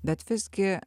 bet visgi